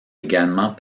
également